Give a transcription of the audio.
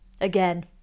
Again